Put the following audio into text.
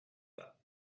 that